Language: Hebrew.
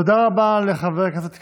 תודה רבה לחבר הכנסת כץ.